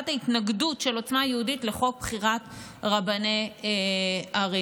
ההתנגדות של עוצמה יהודית לחוק בחירת רבני ערים.